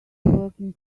working